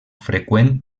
freqüent